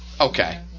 Okay